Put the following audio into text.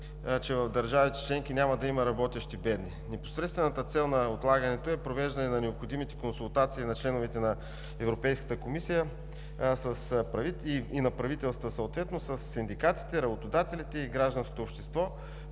че в държавите членки няма да има работещи бедни. Непосредствената цел на отлагането е провеждане на необходимите консултации на членовете на Европейската комисия и съответно на правителствата със синдикатите, с работодателите и с гражданското общество,